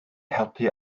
helpu